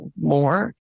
more